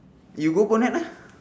you go bonnet lah